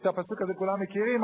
את הפסוק הזה כולם מכירים,